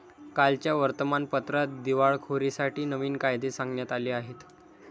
कालच्या वर्तमानपत्रात दिवाळखोरीसाठी नवीन कायदे सांगण्यात आले आहेत